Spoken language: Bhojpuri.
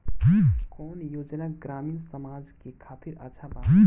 कौन योजना ग्रामीण समाज के खातिर अच्छा बा?